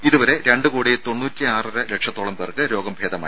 ഇതുവരെ രണ്ട് കോടി തൊണ്ണൂറ്റി ആറര ലക്ഷത്തോളം പേർക്ക് രോഗം ഭേദമായി